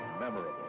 memorable